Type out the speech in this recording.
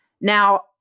Now